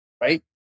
right